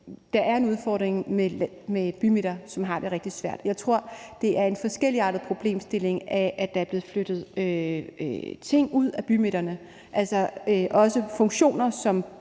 der er en udfordring med bymidter; de har det rigtig svært. Jeg tror, det er en forskelligartet problemstilling, at der er blevet flyttet ting ud af bymidterne, altså også funktioner som